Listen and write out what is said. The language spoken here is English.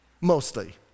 Mostly